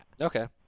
Okay